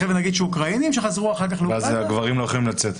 הם אוקראינים שחזרו לאוקראינה --- ואז הגברים לא יכולים לצאת.